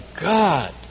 God